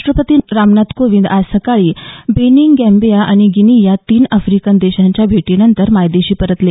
राष्टपती रामनाथ कोविंद आज सकाळी बेनिन गॅम्बिया आणि गिनी या तीन आफ्रिकन देशांच्या भेटीनंतर मायदेशी परतले